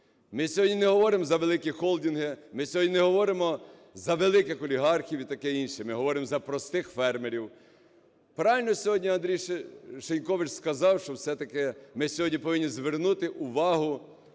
Ми сьогодні не говоримо за великі холдинги, ми сьогодні не говоримо за великих олігархів і таке інше, ми говоримо за простих фермерів. Правильно сьогодні Андрій Шинькович сказав, що, все-таки, ми сьогодні повинні звернути увагу